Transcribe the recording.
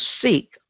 seek